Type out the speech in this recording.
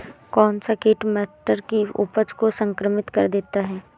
कौन सा कीट मटर की उपज को संक्रमित कर देता है?